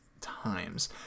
times